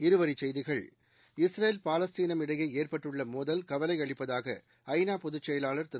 இருவரிச் செய்திகள் இஸ்ரேல் பாலஸ்தீனம் இடையேஏற்பட்டுள்ளமோதல் கவலையளிப்பதாக ஐ நா பொதுச் செயலாளர் திரு